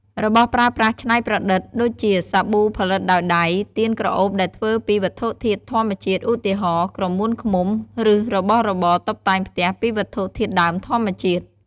របស់ប្រើប្រាស់ច្នៃប្រឌិត ដូចជា សាប៊ូផលិតដោយដៃ ទៀនក្រអូបដែលធ្វើពីវត្ថុធាតុធម្មជាតិ ឧទាហរណ៍ ក្រមួនឃ្មុំ ឬរបស់របរតុបតែងផ្ទះពីវត្ថុធាតុដើមធម្មជាតិ។